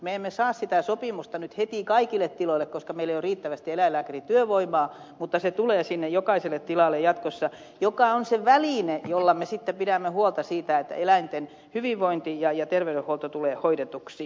me emme saa sitä sopimusta nyt heti kaikille tiloille koska meillä ei ole riittävästi eläinlääkärityövoimaa mutta se tulee jokaiselle tilalle jatkossa ja se on se väline jolla me sitten pidämme huolta siitä että eläinten hyvinvointi ja terveydenhuolto tulee hoidetuksi